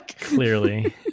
Clearly